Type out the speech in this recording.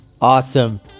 awesome